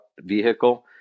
vehicle